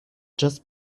just